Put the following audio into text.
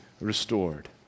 restored